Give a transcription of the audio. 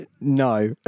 no